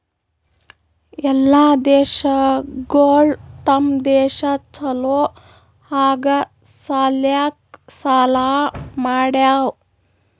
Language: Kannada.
ಎಲ್ಲಾ ದೇಶಗೊಳ್ ತಮ್ ದೇಶ ಛಲೋ ಆಗಾ ಸಲ್ಯಾಕ್ ಸಾಲಾ ಮಾಡ್ಯಾವ್